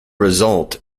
result